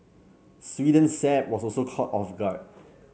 Sweden's Saab was also caught off guard